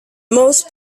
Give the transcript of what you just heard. most